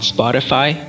Spotify